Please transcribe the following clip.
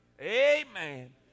amen